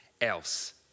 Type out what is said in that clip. else